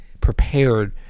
prepared